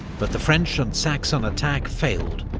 but the french and saxon attack failed,